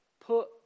Put